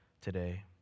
today